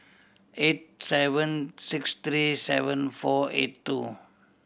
eight seven six three seven four eight two